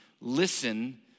listen